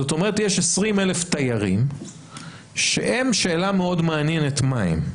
זאת אומרת יש 20,000 תיירים שהם שאלה מאוד מעניינת מה הם,